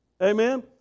amen